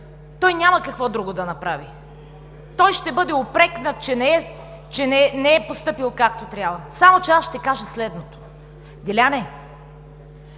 той няма какво друго да направи. Той ще бъде упрекнат, че не е постъпил както трябва. Само че аз ще кажа следното: Деляне,